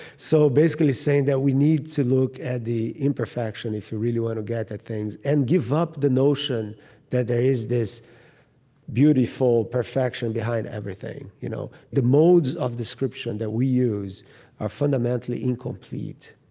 so basically saying that we need to look at the imperfection if you really want to get at things and give up the notion that there is this beautiful perfection behind everything. you know the modes of description that we use are fundamentally incomplete.